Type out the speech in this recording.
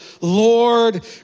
Lord